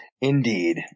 indeed